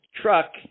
truck